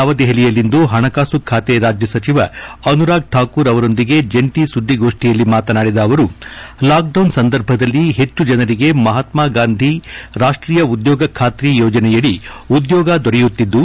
ನವದೆಹಲಿಯಲ್ಲಿಂದು ಹಣಕಾಸು ಖಾತೆ ರಾಜ್ಲ ಸಚಿವ ಅನುರಾಗ್ ಶಾಕೂರ್ ಅವರೊಂದಿಗೆ ಜಂಟ ಸುದ್ದಿಗೋಷ್ಠಿಯಲ್ಲಿ ಮಾತನಾಡಿದ ಅವರು ಲಾಕ್ಡೌನ್ ಸಂದರ್ಭದಲ್ಲಿ ಹೆಚ್ಚು ಜನರಿಗೆ ಮಹತ್ವಾಗಾಂಧಿ ರಾಷ್ಷೀಯ ಉದ್ಯೋಗ ಖಾತ್ರಿ ಯೋಜನೆಯಡಿ ಉದ್ಯೋಗ ದೊರೆಯುತ್ತಿದ್ದು